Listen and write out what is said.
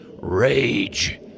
rage